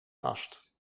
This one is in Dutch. vast